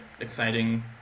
exciting